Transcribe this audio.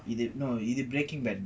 no breaking bad